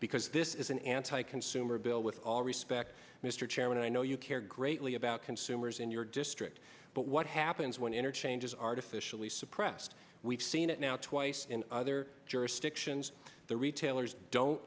because this is an anti consumer bill with all respect mr chairman i know you care greatly about consumer in your district but what happens when interchanges artificially suppressed we've seen it now twice in other jurisdictions the retailers don't